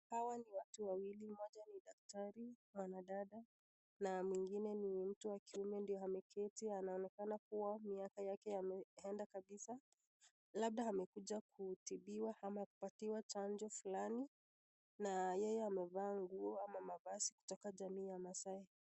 Hawa ni watu wawili mmoja ni daktari mwanadada na mwingine ni mtu wa kiume ameketi; anaonekana kuwa miaka yake yameenda kabisa. Labda amekuja kutibiwa ama kupatiwa chanjo fulani. na yeye amevaa nguo kutoka jamii ya Maasai.